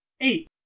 Eight